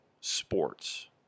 sports